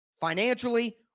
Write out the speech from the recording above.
financially